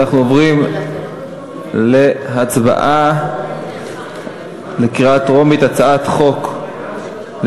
אנחנו עוברים להצבעה בקריאה טרומית על הצעת חוק לתיקון